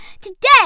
Today